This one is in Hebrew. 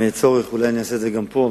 אם יהיה צורך, אולי אני אעשה את זה גם פה.